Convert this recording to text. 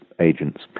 agents